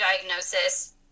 diagnosis